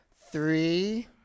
Three